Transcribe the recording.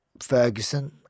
Ferguson